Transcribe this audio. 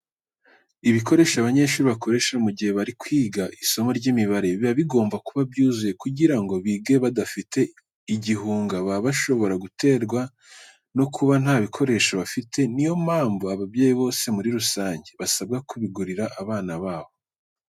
Ibikoresho abanyeshuri bakoresha mu gihe bari kwiga isomo ry'imibare, biba bigomba kuba byuzuye kugira ngo bige badafite igihunga baba bashobora guterwa no kuba nta bikoresho bafite. Ni yo mpamvu ababyeyi bose muri rusange basabwa kubigurira abana babo.